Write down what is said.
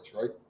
right